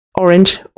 orange